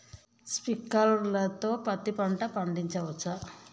Sprinkler తో పత్తి పంట పండించవచ్చా?